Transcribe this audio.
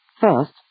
First